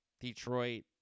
Detroit